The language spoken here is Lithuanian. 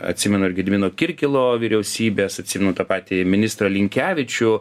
atsimenu ir gedimino kirkilo vyriausybės atsimenu tą patį ministrą linkevičių